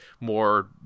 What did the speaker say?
more